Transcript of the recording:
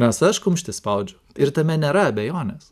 nes aš kumštį spaudžiu ir tame nėra abejonės